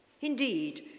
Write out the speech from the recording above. Indeed